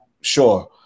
sure